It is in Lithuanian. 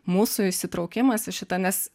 mūsų įsitraukimas į šitą nes